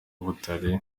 butare